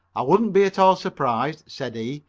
i wouldn't be at all surprised, said he,